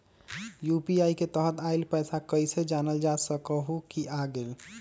UPI के तहत आइल पैसा कईसे जानल जा सकहु की आ गेल?